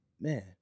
man